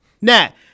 Now